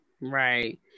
right